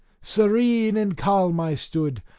serene and calm i stood,